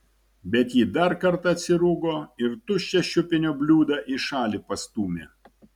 bet ji dar kartą atsirūgo ir tuščią šiupinio bliūdą į šalį pastūmė